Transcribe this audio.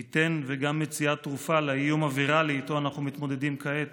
מי ייתן וגם מציאת תרופה לאיום הוויראלי שאיתו אנחנו מתמודדים כעת